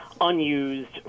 unused